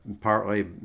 Partly